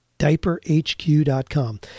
DiaperHQ.com